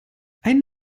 einen